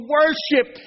worship